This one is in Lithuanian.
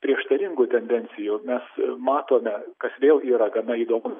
prieštaringų tendencijų mes matome kas vėl yra gana įdomu